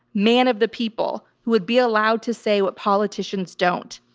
man of the people who would be allowed to say what politicians don't.